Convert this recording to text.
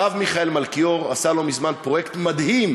הרב מיכאל מלכיאור עשה לא מזמן פרויקט מדהים